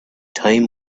time